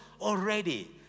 already